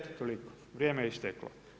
Toliko, vrijeme je isteklo.